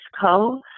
Co